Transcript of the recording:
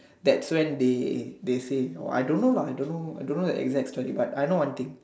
that so end the disease I don't know I don't know that exist to you buy I know one